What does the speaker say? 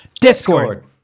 Discord